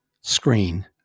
screen